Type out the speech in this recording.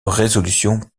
résolution